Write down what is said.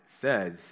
says